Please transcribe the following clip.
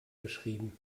geschrieben